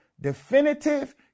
definitive